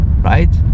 right